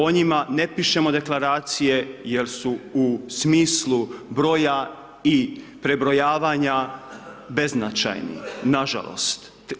O njima ne pišemo deklaracije jer su u smislu broja i prebrojavanja beznačajni na žalost.